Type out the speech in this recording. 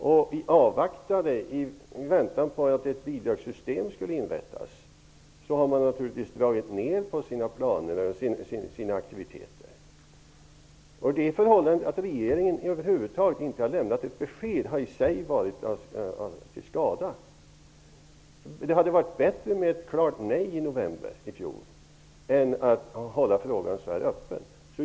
I avvaktan på att ett bidragssystem skulle inrättas har man naturligtvis dragit ned på sina planer och aktiviteter. Att regeringen över huvud taget inte lämnat något besked har i sig varit till skada. Det hade varit bättre med ett klart nej i november i fjol än att hålla frågan öppen.